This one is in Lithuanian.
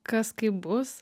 kas kaip bus